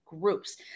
groups